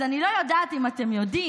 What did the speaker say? אז אני לא יודעת אם אתם יודעים,